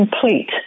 complete